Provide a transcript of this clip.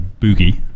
Boogie